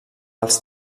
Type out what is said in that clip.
els